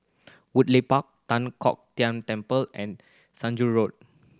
Woodleigh Park Tan Kong Tian Temple and Saujana Road